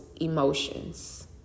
emotions